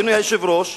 אדוני היושב-ראש,